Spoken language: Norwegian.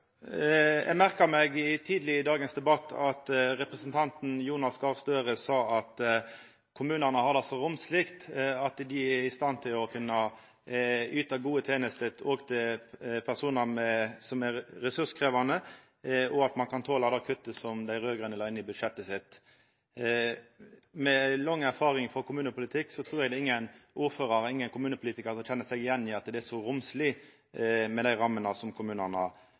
Eg merka meg tidleg i dagens debatt at representanten Jonas Gahr Støre sa at kommunane har det så romsleg at dei er i stand til å kunna yta gode tenester òg til personar som er ressurskrevjande, og at ein kan tola det kuttet som dei raud-grøne la inn i budsjettet sitt. Med lang erfaring frå kommunepolitikken vil eg seia at eg trur at det er ingen ordførar og ingen kommunepolitikar som kjenner seg igjen i at det er så romsleg, med dei rammene som kommunane har